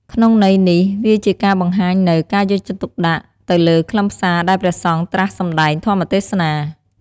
ក្នុងន័យនេះវាជាការបង្ហាញនូវ ការយកចិត្តទុកដាក់ ទៅលើខ្លឹមសារដែលព្រះសង្ឃត្រាស់សម្តែងធម្មទេសនា។